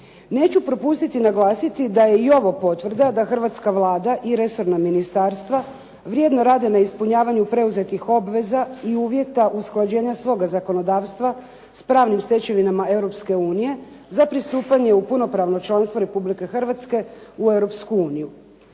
Neću propustiti naglasiti da je i ovo potvrda da hrvatska Vlada i resorna ministarstva vrijedno rade na ispunjavanju preuzetih obveza i uvjeta usklađenja svoga zakonodavstva sa pravnim stečevinama Europske unije za pristupanje u punopravno članstvo Republike Hrvatske u